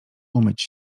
umyć